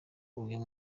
uyu